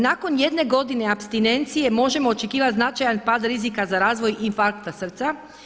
Nakon jedne godine apstinencije možemo očekivati značajan pad rizika za razvoj infarkta srca.